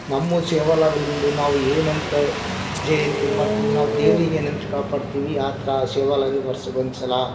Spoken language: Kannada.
ನಮ್ಮ ಶಿವಲಾಲಿಂದು ನಾವು ಏನಂತ ಜಯಂತಿ ಮಾಡ್ತೀವಿ ನಾವು ದೇವರಿಗೆ ನಿಂತು ಕಾಪಾಡ್ತೀವಿ ಯಾವ ಥರ ಶಿವಾಲಾಲಿಗೆ ವರ್ಷಕ್ಕೆ ಒಂದು ಸಲ